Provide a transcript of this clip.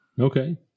Okay